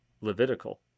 Levitical